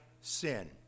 sin